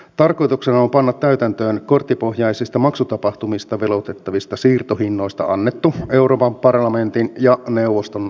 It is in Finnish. tarkoituksena on panna täytäntöön korttipohjaisista maksutapahtumista veloitettavista siirtohinnoista annettu euroopan parlamentin ja neuvoston asetus